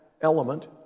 element